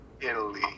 Italy